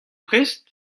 prest